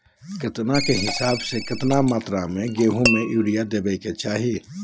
केतना के हिसाब से, कितना मात्रा में गेहूं में यूरिया देना चाही?